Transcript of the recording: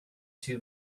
two